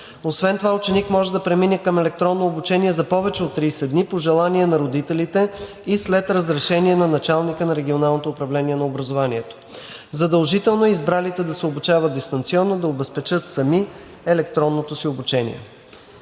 Освен това ученик може да премине към електронно обучение за повече от 30 дни по желание на родителите и след разрешение на началника на Регионалното управление на образованието. Задължително е избралите да се обучават дистанционно да обезпечат сами електронното си обучение